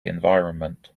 environment